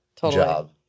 job